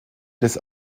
des